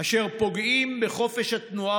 אשר פוגעים בחופש התנועה